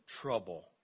trouble